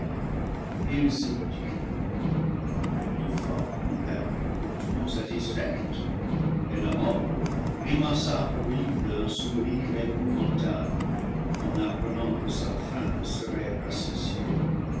il se tut car les deux formes parurent hautement satisfaites et la mort grimaça horrible un sourire épouvantable en apprenant que sa faim serait rassasiée